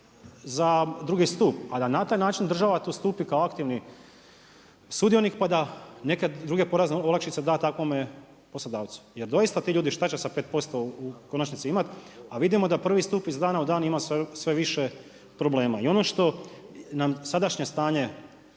za drugi stup, a da na taj način država tu stupi kao aktivni sudionik pa da neke druge porezne olakšice da takvome poslodavcu. Jer doista, ti ljudi što će sa 5% u konačnici imati, a vidimo da prvi stup iz dana u dan ima sve više problema. I ono što nam sadašnje stanje